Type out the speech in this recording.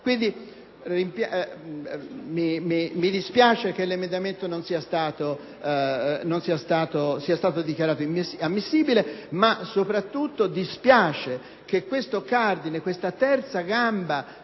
Mi dispiace che l’emendamento 2.309 sia stato dichiarato inammissibile, ma soprattutto dispiace che questo cardine, questa terza gamba